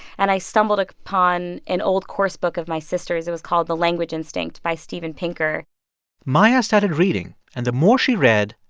and i stumbled upon an old course book of my sister's. it was called the language instinct by steven pinker maya started reading. and the more she read,